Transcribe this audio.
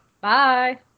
Bye